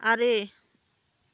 ᱟᱨᱮ